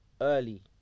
early